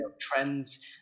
trends